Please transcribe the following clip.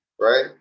right